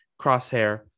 Crosshair